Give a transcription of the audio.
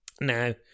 Now